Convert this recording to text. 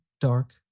dark